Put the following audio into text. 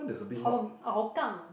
how Hougang